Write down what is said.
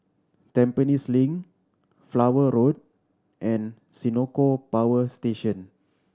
Tampines Link Flower Road and Senoko Power Station